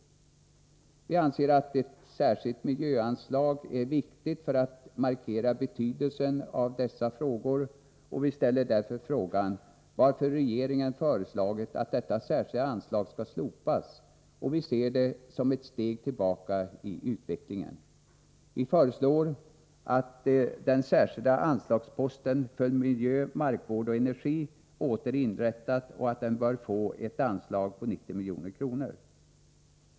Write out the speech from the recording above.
Vi anser att ett sådant anslag är viktigt för att markera betydelsen av dessa frågor. Vi ställer frågan varför regeringen har föreslagit att detta särskilda anslag skall slopas — vi ser det som ett steg tillbaka i utvecklingen. Vi föreslår att den särskilda anslagsposten för miljöoch markvård samt energi återinrättas och att ett anslag på 90 milj.kr. ges.